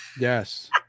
Yes